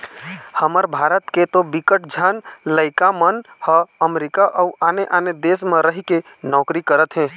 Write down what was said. हमर भारत के तो बिकट झन लइका मन ह अमरीका अउ आने आने देस म रहिके नौकरी करत हे